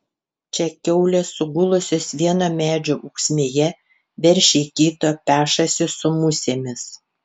čia kiaulės sugulusios vieno medžio ūksmėje veršiai kito pešasi su musėmis